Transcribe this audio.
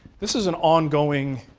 this is an on going